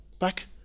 back